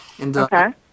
Okay